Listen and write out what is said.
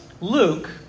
Luke